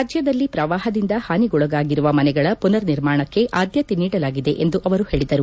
ರಾಜ್ಯದಲ್ಲಿ ಶ್ರವಾಹದಿಂದ ಹಾನಿಗೊಳಗಾಗಿರುವ ಮನೆಗಳ ಪುನರ್ನಿಮಾಣಕ್ಕೆ ಆದ್ಭತೆ ನೀಡಲಾಗಿದೆ ಎಂದು ಅವರು ಹೇಳಿದರು